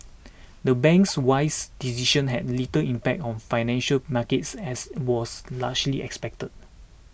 the bank's wise decision had little impact on financial markets as was largely expected